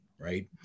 right